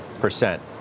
percent